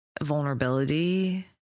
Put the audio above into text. vulnerability